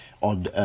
on